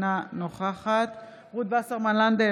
אינה נוכחת רות וסרמן לנדה,